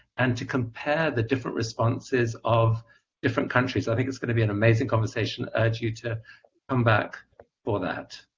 and to compare the different responses of different countries. i think it's going to be an amazing conversation, i urge you to come back for that.